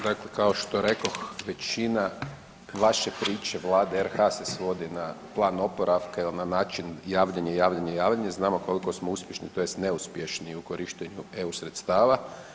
Dakle kao što rekoh većina vaše priče Vlade RH se svodi na plan oporavka jel na način javljanje, javljanje, javljanje, znamo koliko smo uspješni tj. neuspješni u korištenju EU sredstava.